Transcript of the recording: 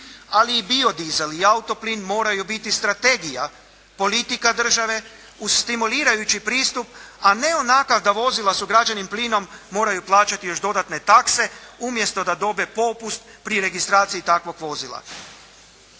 Ali i bio dizel i auto plin moraju biti strategija, politika države uz stimulirajući pristup a ne onakav da vozila s ugrađenim plinom moraju plaćati još dodatne takse umjesto da dobe popust pri registraciji takvog vozila.